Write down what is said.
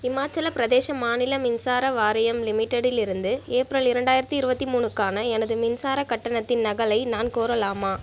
இமாச்சலப் பிரதேசம் மாநில மின்சார வாரியம் லிமிட்டெடிலிருந்து ஏப்ரல் இரண்டாயிரத்தி இருபத்தி மூணுக்கான எனது மின்சார கட்டணத்தின் நகலை நான் கோரலாமா